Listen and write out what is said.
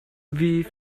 wie